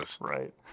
Right